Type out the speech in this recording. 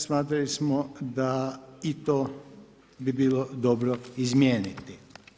Smatrali smo da i to bi bilo dobro izmijeniti.